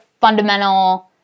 fundamental